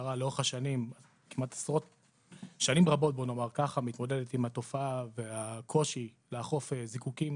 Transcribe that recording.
המשטרה שנים רבות מתמודדת עם התופעה והקושי לאכוף זיקוקין